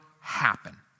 happen